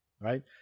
right